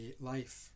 life